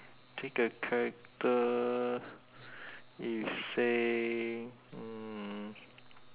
take a character if saying